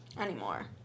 anymore